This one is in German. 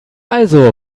also